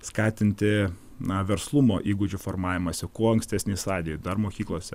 skatinti na verslumo įgūdžių formavimąsi kuo ankstesnėj stadijoj dar mokyklose